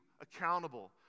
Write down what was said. accountable